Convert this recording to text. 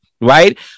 right